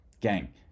gang